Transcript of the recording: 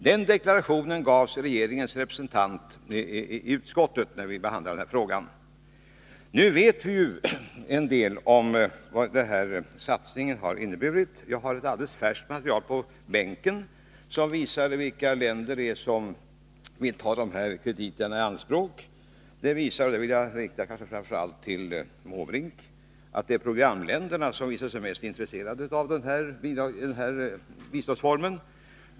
Den deklarationen gavs av regeringens representant i utskottet när vi behandlade frågan. Nu vet vi en del om vad satsningen har inneburit. Jag har på min bänk en alldeles färsk rapport, som visar vilka länder som vill ta dessa krediter i anspråk. Den visar — den upplysningen vill jag rikta framför allt till herr Måbrink — att det är programländerna som varit mest intresserade av denna biståndsform.